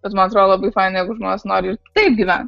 bet man atrodo labai faina jeigu žmonės nori ir kitaip gyvent